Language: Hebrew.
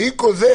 ועם כל זה,